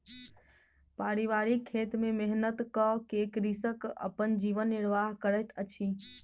पारिवारिक खेत में मेहनत कअ के कृषक अपन जीवन निर्वाह करैत अछि